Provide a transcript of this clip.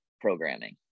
programming